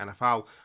NFL